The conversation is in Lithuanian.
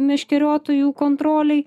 meškeriotojų kontrolei